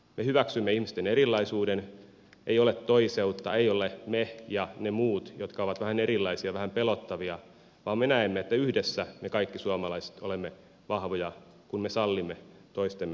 me hyväksymme ihmisten erilaisuuden ei ole toiseutta ei ole me ja ne muut jotka ovat vähän erilaisia vähän pelottavia vaan me näemme että yhdessä me kaikki suomalaiset olemme vahvoja kun me sallimme toistemme erilaisuuden